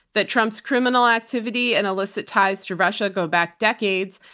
that trump's criminal activity and illicit ties to russia go back decades,